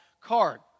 card